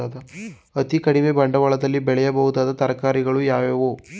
ಅತೀ ಕಡಿಮೆ ಬಂಡವಾಳದಲ್ಲಿ ಬೆಳೆಯಬಹುದಾದ ತರಕಾರಿಗಳು ಯಾವುವು?